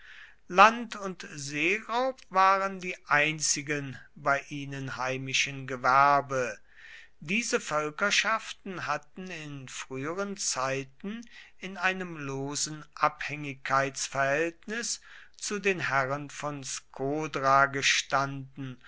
land und seeraub waren die einzigen bei ihnen heimischen gewerbe diese völkerschaften hatten in früheren zeiten in einem losen abhängigkeitsverhältnis zu den herren von skodra gestanden